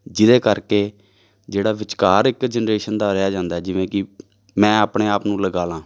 ਜਿਹਦੇ ਕਰਕੇ ਜਿਹੜਾ ਵਿਚਕਾਰ ਇੱਕ ਜਨਰੇਸ਼ਨ ਦਾ ਰਹਿ ਜਾਂਦਾ ਜਿਵੇਂ ਕਿ ਮੈਂ ਆਪਣੇ ਆਪ ਨੂੰ ਲਗਾ ਲਵਾਂ